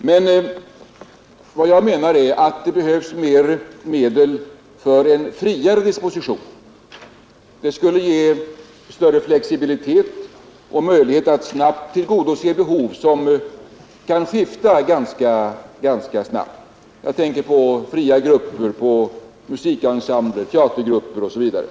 Men vad jag menar är att det behövs mera medel för en friare disposition. Det skulle ge större flexibilitet och möjlighet att snabbt tillgodose behov som kan skifta ganska fort. Jag tänker på fria grupper, på musikensembler, på teatergrupper, osv.